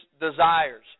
desires